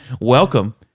Welcome